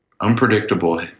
unpredictable